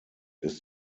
ist